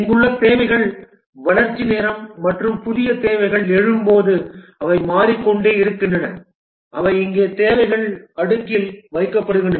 இங்குள்ள தேவைகள் வளர்ச்சி நேரம் மற்றும் புதிய தேவைகள் எழும்போது அவை மாறிக்கொண்டே இருக்கின்றன அவை இங்கே தேவைகள் அடுக்கில் வைக்கப்படுகின்றன